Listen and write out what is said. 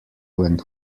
when